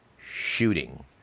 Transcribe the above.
shooting